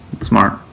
smart